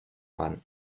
one